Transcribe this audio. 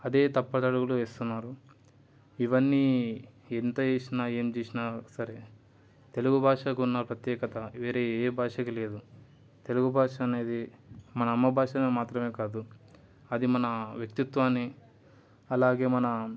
అదే తప్పటడుగులు వేస్తున్నారు ఇవన్నీ ఇంత చేసిన ఏం చేసినా సరే తెలుగు భాషకు ఉన్న ప్రత్యేకత వేరే ఏ భాషకు లేదు తెలుగు భాష అనేది మన అమ్మ భాష మాత్రమే కాదు అది మన వ్యక్తిత్వాన్ని అలాగే మన